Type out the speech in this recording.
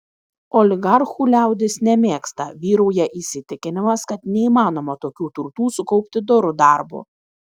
oligarchų liaudis nemėgsta vyrauja įsitikinimas kad neįmanoma tokių turtų sukaupti doru darbu